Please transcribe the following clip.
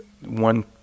one